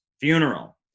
funeral